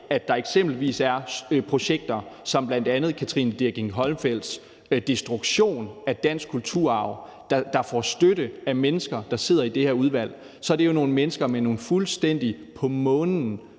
at der eksempelvis er projekter som bl.a. Katrine Dirckinck-Holmfelds destruktion af dansk kulturarv, der får støtte af mennesker, der sidder i det her udvalg. Så er det jo nogle mennesker med nogle prioriteter, der